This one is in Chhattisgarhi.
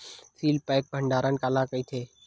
सील पैक भंडारण काला कइथे?